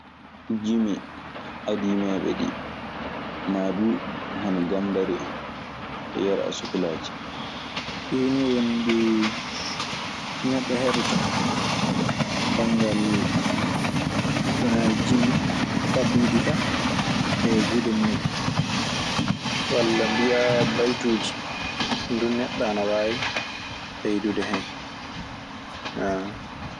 Jimi aadiimeeɓe ɗii, maa duu hono gambari en e Yero Asikulaaji ɗii nii woni ɗii neɗɗo heɗo too. Sanngal jimi njaɓɓiiɗi kaa e gude muum. Walla mbiyaa baytuuji. Ɗun duu neɗɗo ana waawi ɓeydude hen.